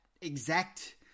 exact